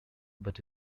but